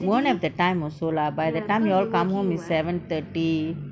won't have the time also lah by the time you all come home it's seven thirty